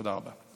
תודה רבה.